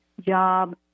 Job